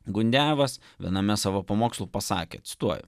gundejevas viename savo pamokslų pasakė cituoju